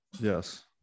Yes